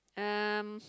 um